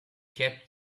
kept